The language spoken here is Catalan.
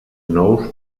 nous